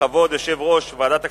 בכבוד, יושב-ראש ועדת הכספים,